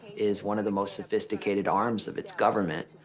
is one of the most sophisticated arms of its government.